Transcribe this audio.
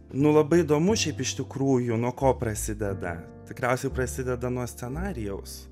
nu labai įdomu šiaip iš tikrųjų nuo ko prasideda tikriausiai prasideda nuo scenarijaus